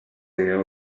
habría